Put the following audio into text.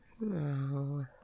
No